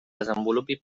desenvolupi